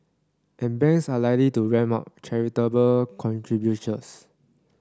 and banks are likely to ramp up charitable contributions